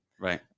Right